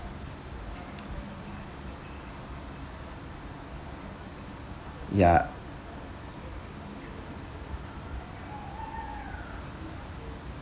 ya